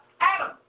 Adam